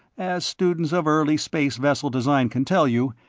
as students of early space vessel design can tell you,